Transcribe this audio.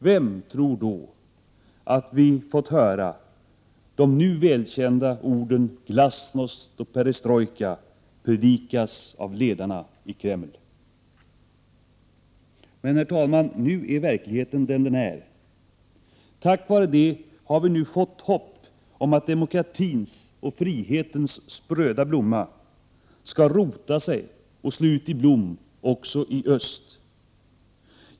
Vem tror att vi då fått höra de nu välkända orden glasnost och perestrojka predikas av ledarna i Kreml? Men, herr talman, nu är verkligheten den den är. Tack vare det har vi nu fått hopp om att demokratins och frihetens spröda blomma skall rota sig och slå ut i blom också i öst.